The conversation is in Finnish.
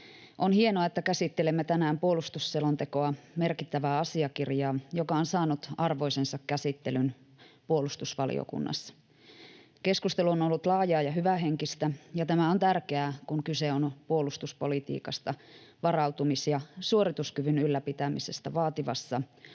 On hienoa, että käsittelemme tänään puolustusselontekoa, merkittävää asiakirjaa, joka on saanut arvoisensa käsittelyn puolustusvaliokunnassa. Keskustelu on ollut laajaa ja hyvähenkistä, ja tämä on tärkeää, kun kyse on puolustuspolitiikasta, varautumis‑ ja suorituskyvyn ylläpitämisestä vaativassa